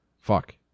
Fuck